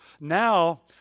Now